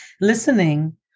listening